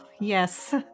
Yes